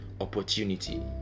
opportunity